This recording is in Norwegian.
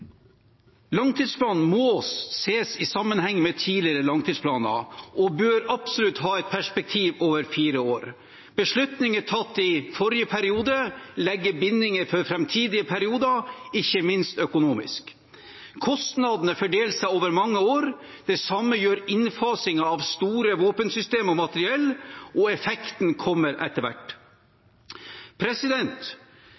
Langtidsplanen må ses i sammenheng med tidligere langtidsplaner og bør absolutt ha et perspektiv over fire år. Beslutninger tatt i forrige periode legger bindinger for framtidige perioder, ikke minst økonomisk. Kostnadene fordeler seg over mange år. Det samme gjør innfasingen av store våpensystemer og materiell, og effekten kommer etter hvert.